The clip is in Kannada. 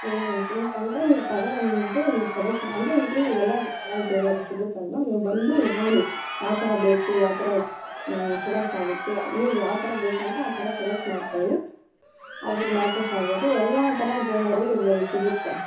ಗ್ರೀನ್ ಆ್ಯಂಡ್ ಪಿಂಕಂದರೆ ನೀವು ತಗೋಬಂದು ನೀವು ಸೆಲೆಕ್ಟ್ ಮಾ ಅಂದರೆ ಇಲ್ಲಿ ಎಲ್ಲ ಥರ ಜ್ಯುವೆಲ್ಲರಿ ಸಿಗುತ್ತಲ್ಲವಾ ನೀವು ಬಂದು ನೋಡಿ ಯಾವ ಥರ ಬೇಕು ಯಾವ ಥರ ಸೆಲೆಕ್ಟ್ ಆಗುತ್ತೆ ನೀವು ಯಾವ ಥರ ಬೇಕು ಅಂದರೆ ಆ ಥರ ಸೆಲೆಕ್ಟ್ ಮಾಡಿಕೊಳ್ಳಿ ಅದಕ್ಕೆ ಮ್ಯಾಚಸ್ ಆಗೋದು ಎಲ್ಲ ಥರ ಜ್ಯುವೆಲ್ಲರಿ ಇಲ್ಲೇ ಸಿಗುತ್ತೆ